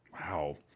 Wow